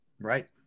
Right